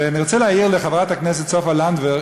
ואני רוצה להעיר לחברת הכנסת סופה לנדבר,